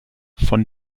von